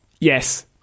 yes